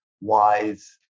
wise